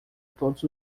todos